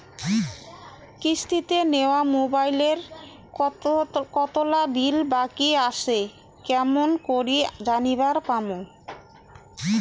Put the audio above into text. কিস্তিতে নেওয়া মোবাইলের কতোলা বিল বাকি আসে কেমন করি জানিবার পামু?